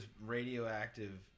radioactive